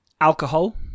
Alcohol